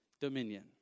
dominion